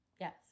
Yes